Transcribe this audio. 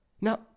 Now